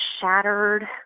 shattered